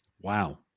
Wow